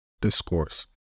discourse